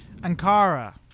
Ankara